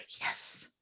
Yes